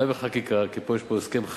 אולי בחקיקה, כי פה יש הסכם חריג,